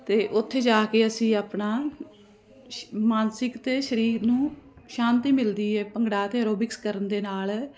ਅਤੇ ਉੱਥੇ ਜਾ ਕੇ ਅਸੀਂ ਆਪਣਾ ਸ਼ ਮਾਨਸਿਕ ਅਤੇ ਸਰੀਰ ਨੂੰ ਸ਼ਾਂਤੀ ਮਿਲਦੀ ਹੈ ਭੰਗੜਾ ਅਤੇ ਐਰੋਬਿਕਸ ਕਰਨ ਦੇ ਨਾਲ